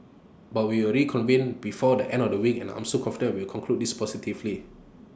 but we will reconvene before the end of the week and I'm confident we'll conclude this positively